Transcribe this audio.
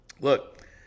look